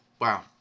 wow